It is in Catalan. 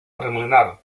preliminar